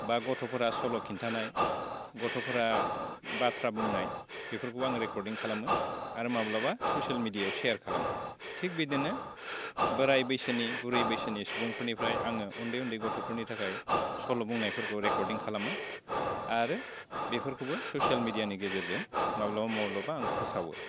बा गथ'फोरा सल' खिन्थानाय गथ'फोरा बाथ्रा बुंनाय बेफोरखौबो आं रेकर्दिं खालामो आरो माब्लाबा ससियेल मेडियायाव सेयार खालामो थिग बिदिनो बोराइ बैसोनि बुरै बैसोनि सुबुंफोरनिफ्राय आङो उन्दै उन्दै गथ'फोरनि थाखाय सल' बुंनायफोरखौ रेकर्दिं खालामो आरो बेफोरखौबो ससियेल मेडियानि गेजेरजों माब्लाबा माब्लाबा आं फोसावो